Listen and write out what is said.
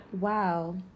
Wow